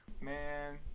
man